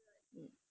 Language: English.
um